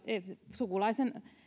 sukulaisen